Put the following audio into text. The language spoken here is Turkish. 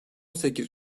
sekiz